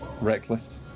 reckless